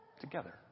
together